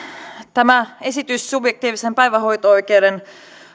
tämä esitys subjektiivisen päivähoito oikeuden